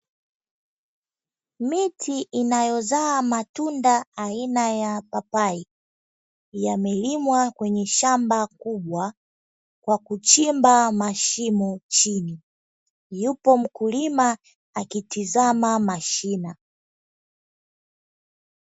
Miti inayozaa matunda aina ya papai yamelimwa kwenye shamba kubwa kwa kuchimba mashimo chini, yupo mkulima akitazama mashina.